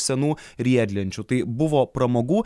senų riedlenčių tai buvo pramogų